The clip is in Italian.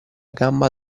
gamba